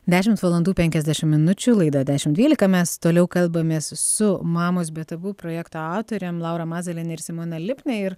dešimt valandų penkiasdešim minučių laidą dešimt dvylika mes toliau kalbamės su mamos be abu projekto autorėm laura mazaliene ir simona lipne ir